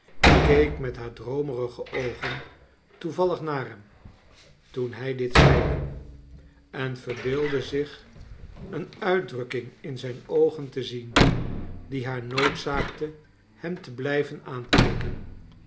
keek met haar droomerige oogen toevallig naar hem toen hij dit zeide en verbeeldde zich een uitdrukking in zijn oogen te zien die haar noodzaakte hem te blijven